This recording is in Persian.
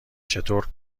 چطور